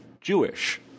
Jewish